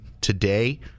today